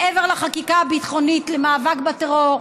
מעבר לחקיקה הביטחונית למאבק בטרור.